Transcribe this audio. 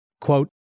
Quote